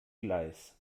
gleis